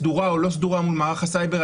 סדורה או לא סדורה מול מערך הסייבר,